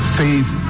faith